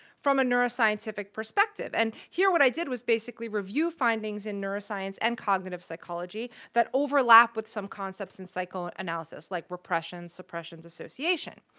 from a neuroscientific perspective. and here what i did was basically review findings in neuroscience and cognitive psychology that overlap with some concepts in psychoanalysis, like repression, suppression, association.